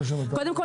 קודם כל